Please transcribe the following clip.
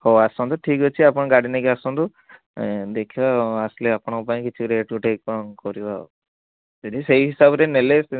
ହଉ ଆସନ୍ତୁ ଠିକ୍ ଅଛି ଆପଣ ଗାଡ଼ି ନେଇକି ଆସନ୍ତୁ ଦେଖିବା ଆସିଲେ ଆପଣଙ୍କ ପାଇଁ କିଛି ରେଟ୍ ଗୋଟେ କ'ଣ କରିବା ଆଉ ଯଦି ସେଇ ହିସାବରେ ନେଲେ